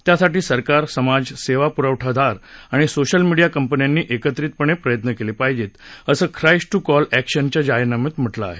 त्यासाठी सरकार समाज सेवा पुरवठादार आणि सोशल मीडीया कंपन्यांनी एकत्रितपणे प्रयत्न केले पाहिजेत असं ख्राईस्ट कॉल टू एक्शन च्या जाहीरनाम्यात म्हटलं आहे